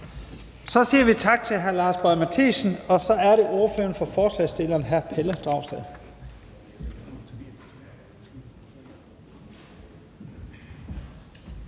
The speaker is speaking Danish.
Så siger vi tak til hr. Lars Boje Mathiesen. Og så er det ordføreren for forslagsstillerne, hr. Pelle Dragsted.